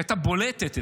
שהייתה בולטת אתמול,